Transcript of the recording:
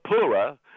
poorer